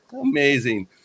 Amazing